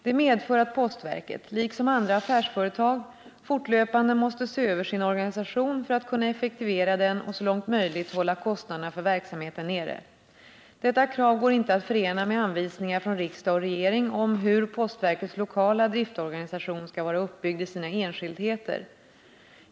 Det medför att postverket, liksom andra affärsföretag, fortlöpande måste se över sin organisation för att kunna effektivera den och så långt möjligt hålla kostnaderna för verksamheten nere. Detta krav går inte att förena med anvisningar från riksdag och regering om hur postverkets lokala driftorganisation skall vara uppbyggd i sina enskildheter.